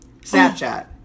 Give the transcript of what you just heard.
Snapchat